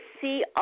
see